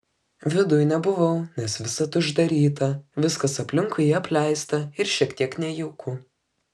viduj nebuvau nes visad uždaryta viskas aplinkui apleista ir šiek tiek nejauku